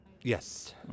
Yes